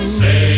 say